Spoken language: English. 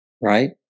right